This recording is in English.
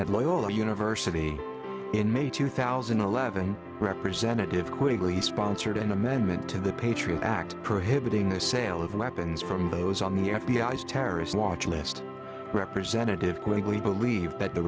at loyola university in may two thousand and eleven representative quigley sponsored an amendment to the patriot act prohibiting the sale of weapons from those on the f b i s terrorist watch list representative quigley believed that the